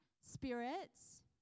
spirits